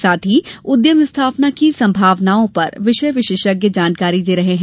साथ ही उद्यम स्थापना की संभावनाओं पर विषय विशेषज्ञ जानकारी दे रहे हैं